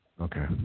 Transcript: Okay